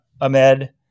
Ahmed